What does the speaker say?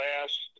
last